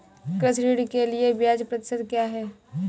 कृषि ऋण के लिए ब्याज प्रतिशत क्या है?